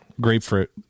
grapefruit